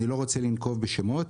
אני לא רוצה לנקוב בשמות,